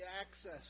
access